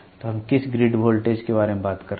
तो हम किस ग्रिड वोल्टेज के बारे में बात कर रहे हैं